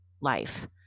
life